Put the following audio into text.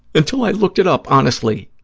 until i looked it up, honestly,